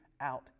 out